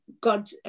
God